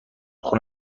خون